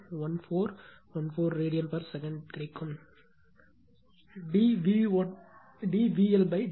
ω 1414 ரேடியன்வினாடிக்கு கிடைக்கும்